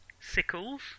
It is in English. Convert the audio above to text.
sickles